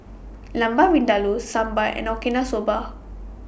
Lamb Vindaloo Sambar and Okinawa Soba